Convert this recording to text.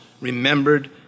remembered